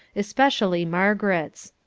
especially margaret's.